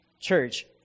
church